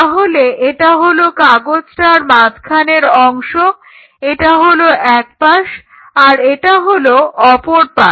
তাহলে এটা হলো কাগজটার মাঝখানের অংশ এটা হলো এক পাশ আর এটা হলো অপর পাশ